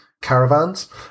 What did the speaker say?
caravans